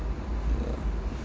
yeah